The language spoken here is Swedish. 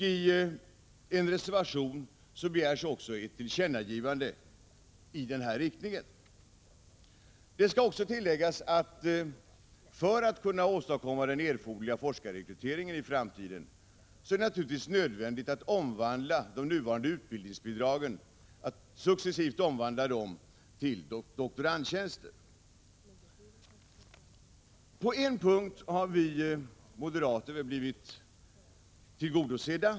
I en reservation begärs också ett tillkännagivande i denna riktning. Det skall också tilläggas, att för att man skall kunna åstadkomma den erforderliga forskarrekryteringen i framtiden är det naturligtvis nödvändigt att successivt omvandla de nuvarande utbildningsbidragen till doktorandtjänster. På en punkt har vi moderater blivit tillgodosedda.